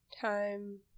Time